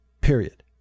Period